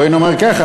בואי נאמר ככה,